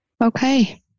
Okay